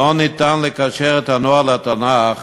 אי-אפשר לקשר את הנוער לתנ"ך